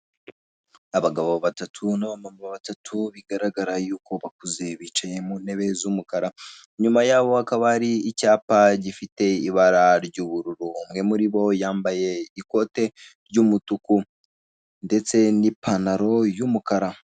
Abagabo batatu n'abamama batatu, bigaragara yuko bakuze, bicaye mu intebe z'umukara. Inyuma yabo hakaba hari icyapa gifite ibara ry'ubururu, umwe muri bo yambaye ikote ry'umutuku ndetse n'ipantaro y'umukara.